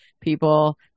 people